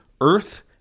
earth